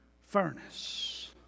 furnace